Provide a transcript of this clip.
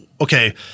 okay